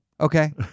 Okay